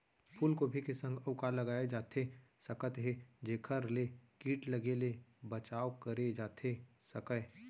फूलगोभी के संग अऊ का लगाए जाथे सकत हे जेखर ले किट लगे ले बचाव करे जाथे सकय?